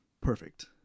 perfect